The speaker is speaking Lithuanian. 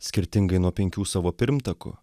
skirtingai nuo penkių savo pirmtakų